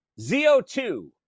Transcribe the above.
ZO2